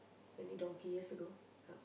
many donkey years ago yup